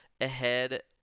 ahead